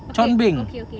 okay okay okay